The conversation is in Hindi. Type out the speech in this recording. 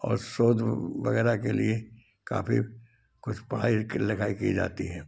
और शोध वगैरह के लिए काफी कुछ पढ़ाई क लिखाई की जाती है